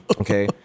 Okay